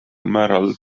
määral